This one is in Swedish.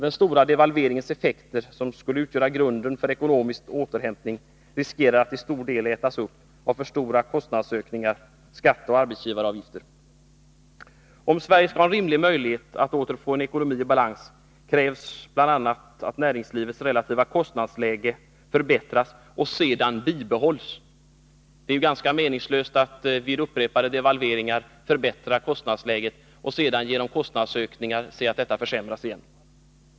Den stora devalveringens effekter, som skulle utgöra grunden för ekonomisk återhämtning, riskerar att till stor del ätas upp av för stora kostnadsökningar, skatter och arbetsgivaravgifter. Om Sverige skall ha en rimlig möjlighet att åter få en ekonomi i balans, krävs bl.a. att näringslivets relativa kostnadsläge förbättras och sedan bibehålls. Det är ju ganska meningslöst att genom upprepade devalveringar förbättra kostnadsläget och sedan se att detta försämras igen genom kostnadsökningar.